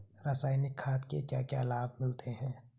रसायनिक खाद के क्या क्या लाभ मिलते हैं?